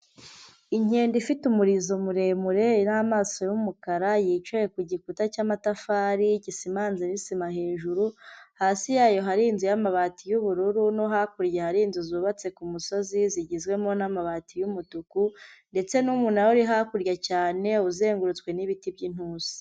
Inkende ifite umurizo muremure, n'amaso yumukara, yicaye ku gikuta cy'amatafari, gisimanze n'isima hejuru. Hasi yayo hari inzu y'amabati y'ubururu, no hakurya hari inzu zubatse ku musozi, zigizwemo n'amabati y'umutuku. Ndetse n'umunara uri hakurya cyane, uzengurutswe n'ibiti b'yintusi.